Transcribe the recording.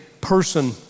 person